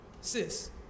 sis